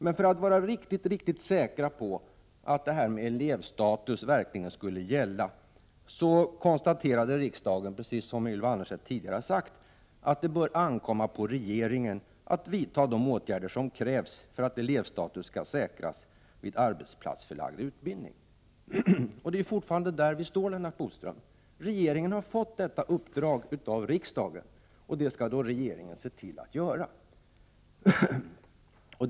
Men för att vara riktigt, riktigt säkra på att detta med elevstatus verkligen skall gälla, konstaterade riksdagen, precis som Ylva Annerstedt tidigare har sagt, att ”det bör ankomma på regeringen att vidta de åtgärder som krävs för att elevstatus skall säkras vid arbetsplatsförlagd utbildning.” Vi står där fortfarande, Lennart Bodström. Regeringen har fått detta uppdrag av riksdagen, och regeringen skall se till att det genomförs.